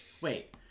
Wait